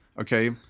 okay